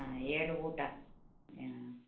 ಹಾಂ ಏಳು ಊಟ ಹಾಂ